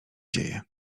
dzieje